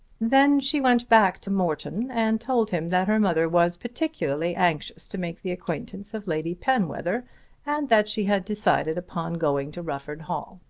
then she went back to morton and told him that her mother was particularly anxious to make the acquaintance of lady penwether and that she had decided upon going to rufford hall.